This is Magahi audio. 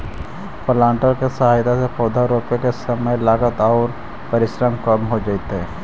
प्लांटर के सहायता से पौधा रोपे में समय, लागत आउ परिश्रम कम हो जावऽ हई